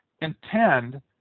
intend